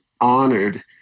honored